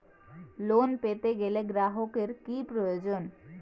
Loan পেতে গেলে গ্রাহকের কি প্রয়োজন?